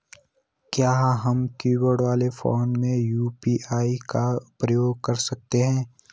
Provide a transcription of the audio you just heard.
क्या हम कीबोर्ड वाले फोन पर यु.पी.आई का प्रयोग कर सकते हैं?